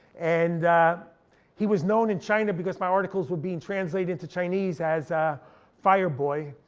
and he was known in china, because my articles were being translated into chinese, as ah fire boy.